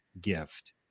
Gift